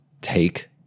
take